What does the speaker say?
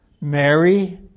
Mary